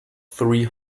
three